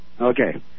Okay